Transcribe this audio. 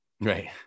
Right